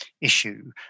issue